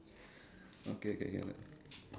okay okay can can